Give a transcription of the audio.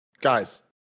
guys